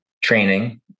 training